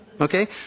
Okay